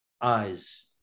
eyes